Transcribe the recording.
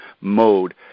mode